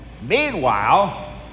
Meanwhile